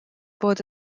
bod